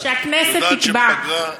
שהכנסת תקבע.